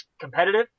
competitive